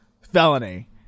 Felony